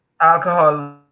alcohol